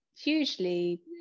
hugely